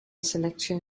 selection